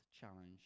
challenge